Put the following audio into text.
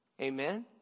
Amen